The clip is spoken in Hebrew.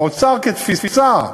כשהאוצר, כתפיסה,